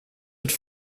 het